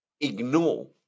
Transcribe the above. ignore